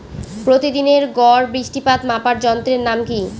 প্রতিদিনের গড় বৃষ্টিপাত মাপার যন্ত্রের নাম কি?